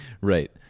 right